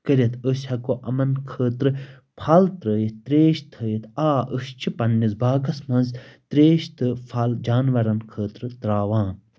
کٔرِتھ أسۍ ہٮ۪کو یِمَن خٲطرٕ پھل ترٲیِتھ تریش تھٲیِتھ آ أسۍ چھِ پَننِس باغَس منٛز تریش تہٕ پھل جاناوَارن خٲطرٕ تراوان